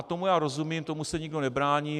Tomu já rozumím, tomu se nikdo nebrání.